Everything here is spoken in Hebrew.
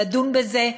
לדון בזה,